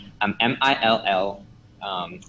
M-I-L-L